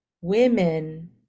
women